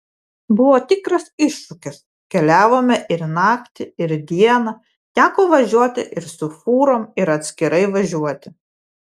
buvo tikras iššūkis keliavome ir naktį ir dieną teko važiuoti ir su fūrom ir atskirai važiuoti